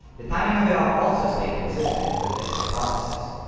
the timing of it all also stayed consistent with this hypothesis.